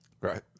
Right